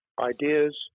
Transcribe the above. Ideas